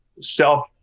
self